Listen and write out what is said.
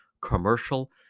commercial